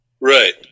right